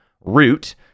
Root